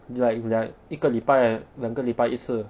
like like 一个礼拜两个礼拜一次